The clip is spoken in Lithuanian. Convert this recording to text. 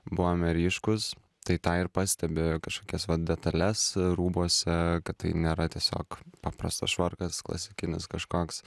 buvome ryškūs tai tą ir pastebi kažkokias vat detales rūbuose kad tai nėra tiesiog paprastas švarkas klasikinis kažkoks